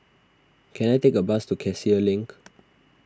can I take a bus to Cassia Link